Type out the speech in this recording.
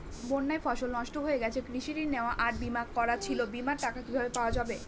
বন্যায় ফসল নষ্ট হয়ে গেছে কৃষি ঋণ নেওয়া আর বিমা করা ছিল বিমার টাকা কিভাবে পাওয়া যাবে?